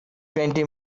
twenty